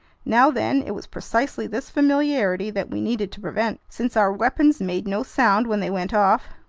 now then, it was precisely this familiarity that we needed to prevent. since our weapons made no sound when they went off,